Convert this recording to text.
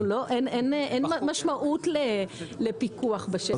אין משמעות לפיקוח בשטח.